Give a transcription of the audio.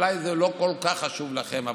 שאולי הוא לא כל כך חשוב לכם,